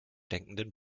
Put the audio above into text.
denkenden